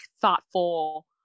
thoughtful